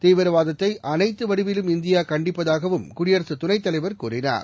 தீவிரவாதத்தை அனைத்து வடிவிலும் இந்தியா கண்டிப்பதாகவும் குடியரசு துணைத் தலைவர் கூறினார்